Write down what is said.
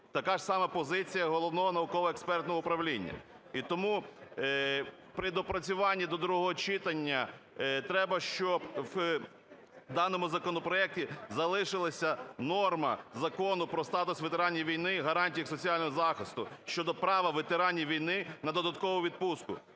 Така ж сама позиція Головного науково-експертного управління, і тому при допрацюванні до другого читання треба, щоб в даному законопроекті залишилася норма Закону "Про статус ветеранів війни, гарантії їх соціального захисту" щодо права ветеранів війни на додаткову відпустку.